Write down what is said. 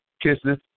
kisses